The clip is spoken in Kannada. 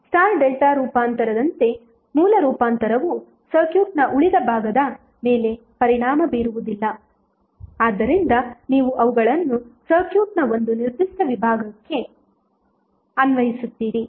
ಸ್ಟಾರ್ ಡೆಲ್ಟಾ ರೂಪಾಂತರದಂತೆ ಮೂಲ ರೂಪಾಂತರವು ಸರ್ಕ್ಯೂಟ್ನ ಉಳಿದ ಭಾಗದ ಮೇಲೆ ಪರಿಣಾಮ ಬೀರುವುದಿಲ್ಲ ಆದ್ದರಿಂದ ನೀವು ಅವುಗಳನ್ನು ಸರ್ಕ್ಯೂಟ್ನ ಒಂದು ನಿರ್ದಿಷ್ಟ ವಿಭಾಗಕ್ಕೆ ಅನ್ವಯಿಸುತ್ತೀರಿ